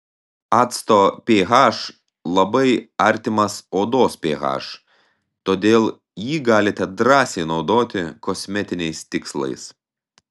acto ph labai artimas odos ph todėl jį galite drąsiai naudoti kosmetiniais tikslais